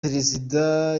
perezida